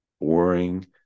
boring